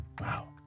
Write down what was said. Wow